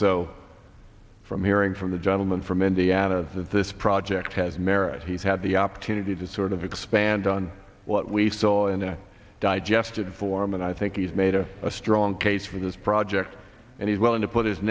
so from hearing from the gentleman from indiana that this project has merit he's had the opportunity to sort of expand on what we saw in the digested form and i think he's made a strong case for this project and he's willing to put his